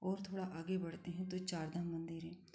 और थोड़ा आगे बढ़ते हैं तो चारधाम मंदिर हैं